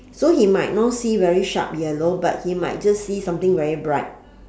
so he might not see very sharp yellow but he might just see something very bright